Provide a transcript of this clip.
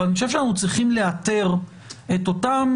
אבל אני חושב שאנחנו צריכים לאתר את אותם